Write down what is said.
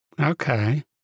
Okay